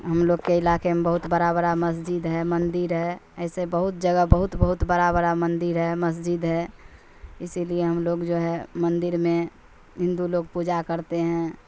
ہم لوگ کے علاقے میں بہت بڑا بڑا مسجد ہے مندر ہے ایسے بہت جگہ بہت بہت بڑا بڑا مندر ہے مسجد ہے اسی لیے ہم لوگ جو ہے مندر میں ہندو لوگ پوجا کرتے ہیں